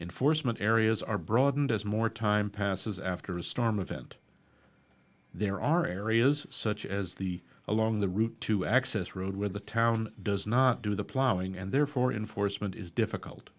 in foresman areas are broadened as more time passes after a storm of and there are areas such as the along the route to access road where the town does not do the plowing and therefore enforcement is difficult